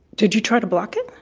did you try to block it?